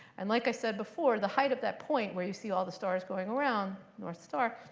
and like i said before, the height at that point, where you see all the stars going around, north star,